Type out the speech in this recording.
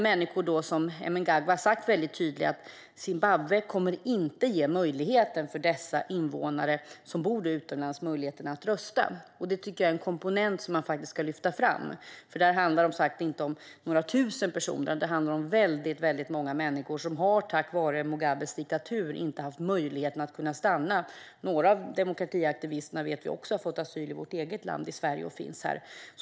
Mnangagwa har tydligt sagt att Zimbabwe inte kommer att ge dessa invånare som bor utomlands möjlighet att rösta. Det är en komponent som ska lyftas fram. Det handlar som sagt inte om några tusen personer, utan det handlar om många människor som på grund av Mugabes diktatur inte haft möjlighet att stanna. Några av demokratiaktivisterna har fått asyl i vårt eget land, i Sverige.